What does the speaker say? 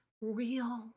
real